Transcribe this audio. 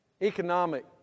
Economic